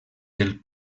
del